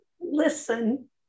listen